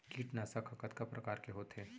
कीटनाशक ह कतका प्रकार के होथे?